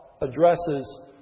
addresses